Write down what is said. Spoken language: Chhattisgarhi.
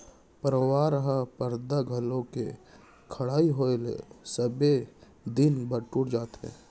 परवार ह परदा घलौ के खड़इ होय ले सबे दिन बर टूट जाथे